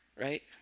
right